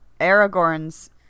Aragorn's